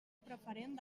preferent